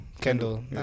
Kendall